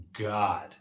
god